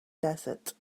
desert